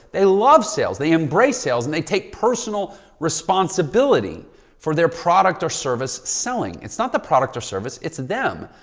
they love sales. they embrace sales, and they take personal responsibility for their product or service selling. it's not the product or service, it's them.